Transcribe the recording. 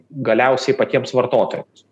galiausiai patiems vartotojams